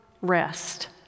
rest